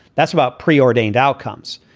that's about preordained outcomes.